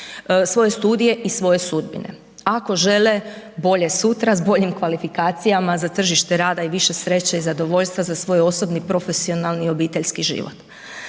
svoje studije i svoje sudbine ako žele bolje sutra s boljim kvalifikacijama za tržište rada i više sreće i zadovoljstva za svoj osobni, profesionalni i obiteljski život.